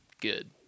Good